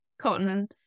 cotton